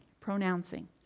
pronouncing